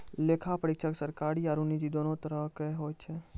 लेखा परीक्षक सरकारी आरु निजी दोनो तरहो के होय छै